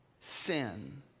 sin